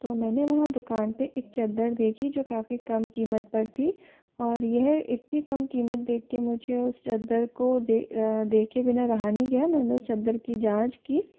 तो मैंने वहाँ दुकान पर एक चद्दर देखी जो काफ़ी कम कीमत पर थी और यह इतनी कम कीमत देखके मुझे उस चद्दर को दे देखे बिना रहा नहीं गया मैने उस चद्दर की जाँच की